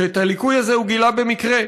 שאת הליקוי הזה הוא גילה במקרה.